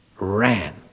ran